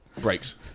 breaks